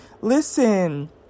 listen